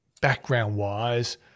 background-wise